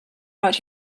out